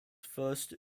first